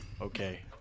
Okay